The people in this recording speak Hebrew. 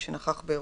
נכון?